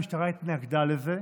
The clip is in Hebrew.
המשטרה התנגדה לזה,